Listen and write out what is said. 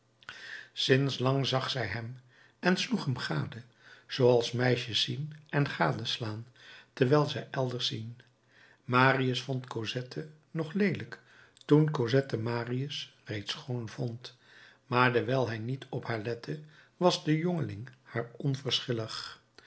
sinds lang zag zij hem en sloeg hem gade zooals meisjes zien en gadeslaan terwijl zij elders zien marius vond cosette nog leelijk toen cosette marius reeds schoon vond maar dewijl hij niet op haar lette was de jongeling haar